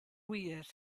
wir